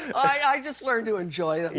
i just learned to enjoy them. you